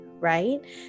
Right